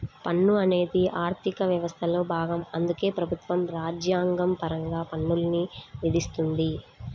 పన్ను అనేది ఆర్థిక వ్యవస్థలో భాగం అందుకే ప్రభుత్వం రాజ్యాంగపరంగా పన్నుల్ని విధిస్తుంది